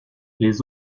les